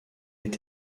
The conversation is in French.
est